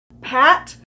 pat